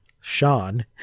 Sean